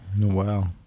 Wow